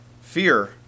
fear